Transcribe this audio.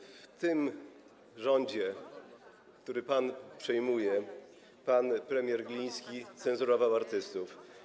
W tym rządzie, który pan przejmuje, pan premier Gliński cenzurował artystów.